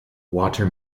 water